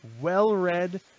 well-read